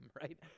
Right